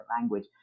language